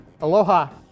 Aloha